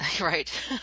Right